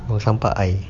buang sampah I